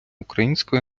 української